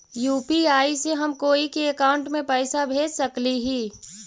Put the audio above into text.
UPI से हम कोई के अकाउंट में पैसा भेज सकली ही?